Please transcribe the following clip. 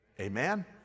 amen